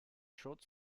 short